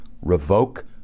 revoke